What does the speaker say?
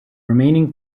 remaining